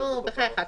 בחייך,